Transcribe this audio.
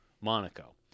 Monaco